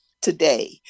Today